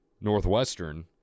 Northwestern